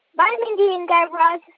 bye, mindy and guy raz.